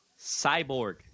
Cyborg